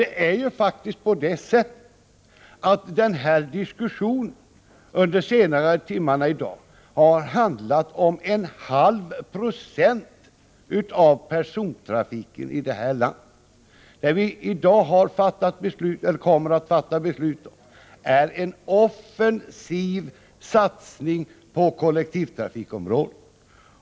Det är faktiskt på det sättet att den här diskussionen under de senaste timmarna i dag har handlat om en halv procent av persontrafiken i landet. Det vi i dag kommer att fatta beslut om är en offensiv satsning på kollektivtrafikområdet.